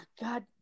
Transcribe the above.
god